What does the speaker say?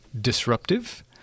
disruptive